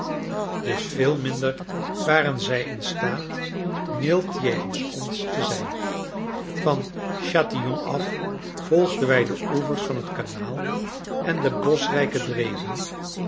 dus veel minder waren zij instaat mild jegens ons te zijn van chatillon af volgden wij de oevers van het kanaal en de boschrijke dreven